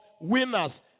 winners